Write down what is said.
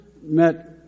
met